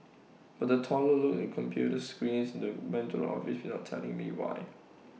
but the teller look the computer screen and went into without telling me why